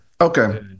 Okay